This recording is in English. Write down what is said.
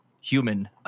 human